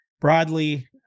broadly